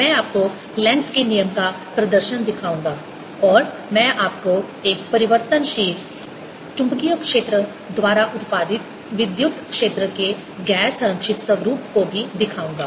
मैं आपको लेंज़ के नियम Lenz's law का प्रदर्शन दिखाऊंगा और मैं आपको एक परिवर्तनशील चुंबकीय क्षेत्र द्वारा उत्पादित विद्युत क्षेत्र के गैर संरक्षित स्वरूप को भी दिखाऊंगा